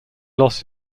loss